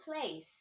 place